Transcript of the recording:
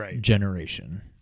generation